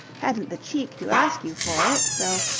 hadn't the cheek to ask you for it, so.